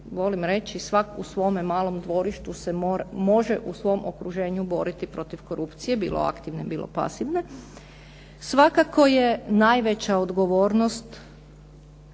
volim reći svako u svome malom dvorištu se može u svom okruženju boriti protiv korupcije bilo aktivne, bilo pasivne, svakako je najveća odgovornost